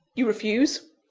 you refuse?